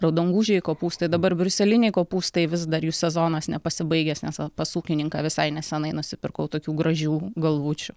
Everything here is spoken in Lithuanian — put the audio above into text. raudongūžiai kopūstai dabar briuseliniai kopūstai vis dar jų sezonas nepasibaigęs nes va pas ūkininką visai nesenai nusipirkau tokių gražių galvučių